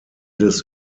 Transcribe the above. des